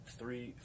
three